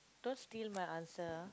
don't steal my answer ah